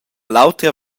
l’autra